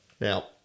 Now